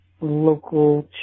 local